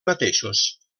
mateixos